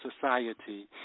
society